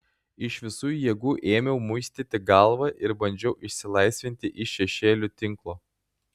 iš visų jėgų ėmiau muistyti galvą ir bandžiau išsilaisvinti iš šešėlių tinklo